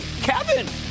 Kevin